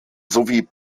sowie